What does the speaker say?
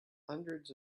hundreds